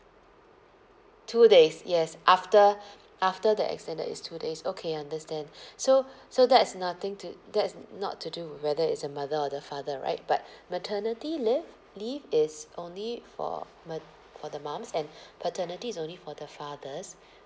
two days yes after after the extended is two days okay understand so so that's nothing to that's not to do with whether it's the mother or the father right but maternity leave leave is only for ma~ for the mums and paternity is only for the fathers